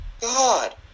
God